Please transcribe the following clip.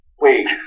Wait